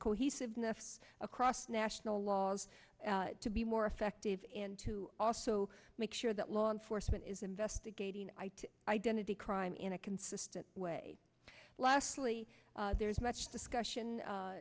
cohesiveness across national laws to be more effective and to also make sure that law enforcement is investigating identity crime in a consistent way lastly there is much discussion